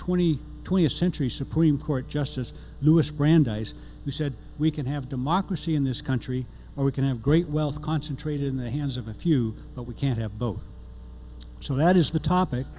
twenty twentieth century supreme court justice louis brandeis who said we can have democracy in this country or we can have great wealth concentrated in the hands of a few but we can't have both so that is the topic